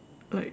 like